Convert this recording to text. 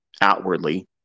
outwardly